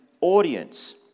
audience